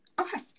Okay